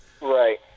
Right